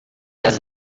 does